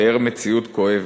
תיאר מציאות כואבת.